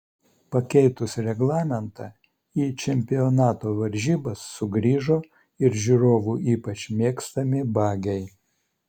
pakeitus reglamentą į čempionato varžybas sugrįžo ir žiūrovų ypač mėgstami bagiai